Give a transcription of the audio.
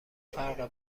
فرق